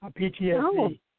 PTSD